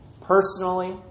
personally